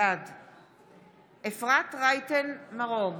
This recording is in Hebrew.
בעד אפרת רייטן מרום,